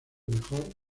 mejor